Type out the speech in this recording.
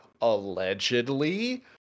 allegedly